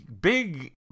big